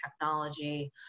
technology